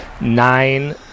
nine